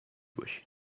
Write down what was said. باشی